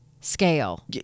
scale